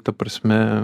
ta prasme